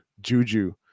Juju